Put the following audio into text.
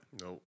nope